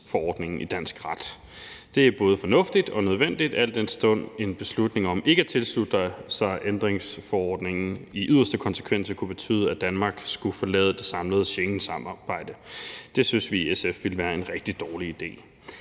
VIS-forordningen i dansk ret. Det er både fornuftigt og nødvendigt, al den stund at en beslutning om ikke at tilslutte sig ændringsforordningen i yderste konsekvens vil kunne betyde, at Danmark skulle forlade det samlede Schengensamarbejde. Det synes vi i SF ville være en rigtig dårlig idé.